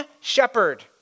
shepherd